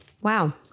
Wow